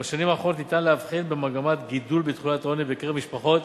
בשנים האחרונות ניתן להבחין במגמת גידול בתחולת העוני בקרב משפחות